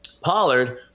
Pollard